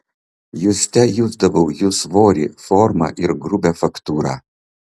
juste jusdavau jų svorį formą ir grubią faktūrą